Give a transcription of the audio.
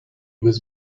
was